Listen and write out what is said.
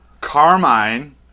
Carmine